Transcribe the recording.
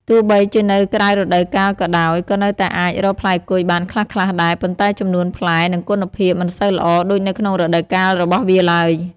ទោះបីជានៅក្រៅរដូវកាលក៏ដោយ ក៏នៅតែអាចរកផ្លែគុយបានខ្លះៗដែរ ប៉ុន្តែចំនួនផ្លែ និងគុណភាពមិនសូវល្អដូចនៅក្នុងរដូវកាលរបស់វាឡើយ។